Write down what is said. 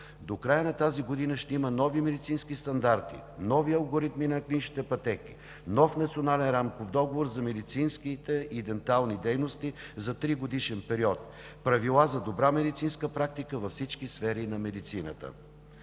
До края на тази година ще има нови медицински стандарти, нови алгоритми на клиничните пътеки, нов Национален рамков договор за медицинските и денталните дейности за тригодишен период, правила за добра медицинска практика във всички сфери на медицината.